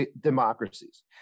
democracies